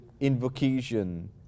invocation